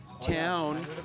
town